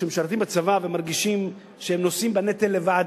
שמשרתים בצבא ומרגישים שהם נושאים בנטל לבד,